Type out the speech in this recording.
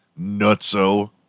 nutso